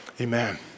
Amen